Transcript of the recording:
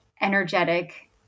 energetic